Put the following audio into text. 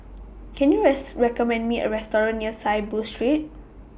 Can YOU rest recommend Me A Restaurant near Saiboo Street